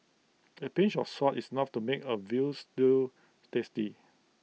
A pinch of salt is enough to make A Veal Stew tasty